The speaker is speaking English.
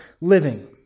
living